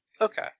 Okay